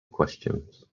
questions